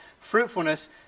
fruitfulness